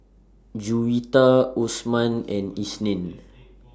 Juwita Osman and Isnin